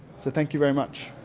so thank you very much.